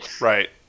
right